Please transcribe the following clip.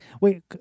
wait